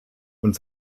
und